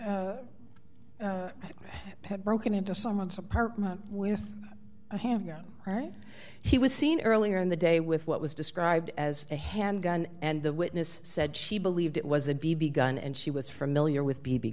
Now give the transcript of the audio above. had broken into someone's apartment with a handgun right he was seen earlier in the day with what was described as a handgun and the witness said she believed it was a b b gun and she was familiar with b